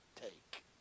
take